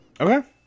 Okay